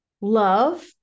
love